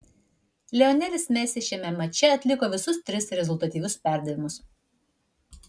lionelis messi šiame mače atliko visus tris rezultatyvius perdavimus